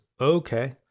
Okay